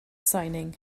signing